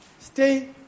Stay